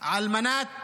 על מנת